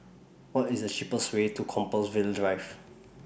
What IS The cheapest Way to Compassvale Drive